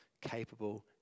capable